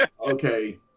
Okay